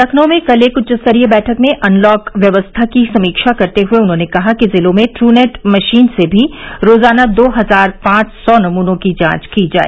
लखनऊ में कल एक उच्च स्तरीय बैठक में अनलॉक व्यवस्था की समीक्षा करते हुए उन्होंने कहा कि जिलों में ट्रूनैट मशीन से भी रोजाना दो हजार पांच सौ नमूनों की जांच की जाए